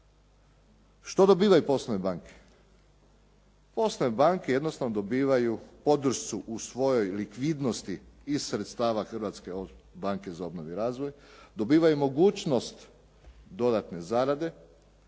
Što dobivaju poslovne banke?